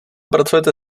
pracujete